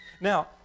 Now